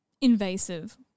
invasive